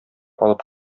алып